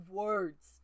words